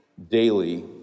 daily